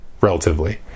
relatively